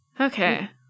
Okay